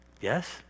Yes